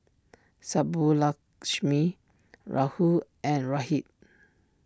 Subbulakshmi Rahul and Rohit